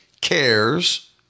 cares